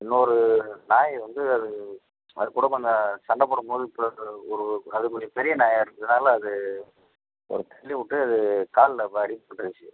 இன்னொரு நாய் வந்து அது அது கூட கொஞ்சம் சண்டை போடும் போது ஒரு அது கொஞ்சம் பெரிய நாயாக இருந்ததுனால அது தள்ளி விட்டு அது காலில் இப்போ அடிபட்டிருச்சு